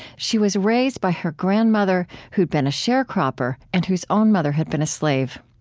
she was raised by her grandmother, who'd been a sharecropper and whose own mother had been a slave.